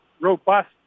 robust